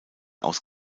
aus